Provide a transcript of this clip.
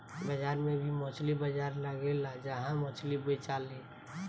बाजार में भी मछली बाजार लगेला जहा मछली बेचाले